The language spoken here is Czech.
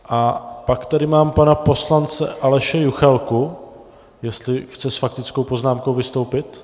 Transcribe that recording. A pak tady mám pana poslance Aleše Juchelku, jestli chce s faktickou poznámkou vystoupit.